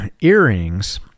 earrings